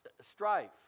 strife